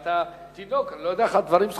היית תינוק, אני לא יודע איך הדברים זכורים לך.